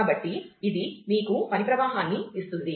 కాబట్టి ఇది మీకు పని ప్రవాహాన్ని ఇస్తుంది